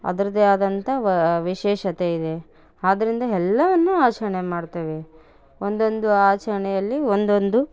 ಅದರದ್ದೇ ಆದಂಥ ವಿಶೇಷತೆ ಇದೆ ಆದ್ರಿಂದ ಎಲ್ಲವನ್ನೂ ಆಚರಣೆ ಮಾಡ್ತೇವೆ ಒಂದೊಂದು ಆಚರಣೆಯಲ್ಲಿ ಒಂದೊಂದು